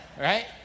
Right